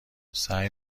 سعی